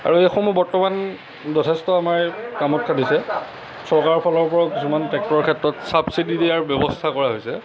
আৰু এইসমূহ বৰ্তমান যথেষ্ট আমাৰ এই কামত খাটিছে চৰকাৰৰ ফালৰ পৰা কিছুমান টেক্টৰৰ ক্ষেত্ৰত চাবচিটি দিয়াৰ ব্যৱস্থা কৰা হৈছে